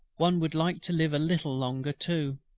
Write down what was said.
one would like to live a little longer, too